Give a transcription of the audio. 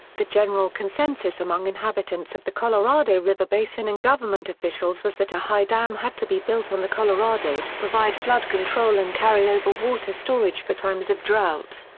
the general consensus among inhabitants of the colorado river basin and government officials was that a high dam had to be built on the colorado to provide flood control and carry-over water storage for times of drought.